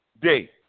Day